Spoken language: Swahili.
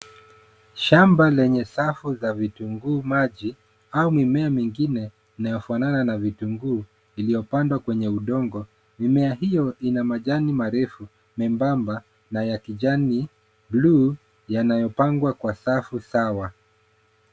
Shamba lenye safu za vitunguu maji au mimea mingine inayofanana na vitunguu iliyopandwa kwenye udongo. Mimea hio ina majani marefu, membamba na ya kijani, bluu yanayopangwa kwa safu sawa.